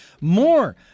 more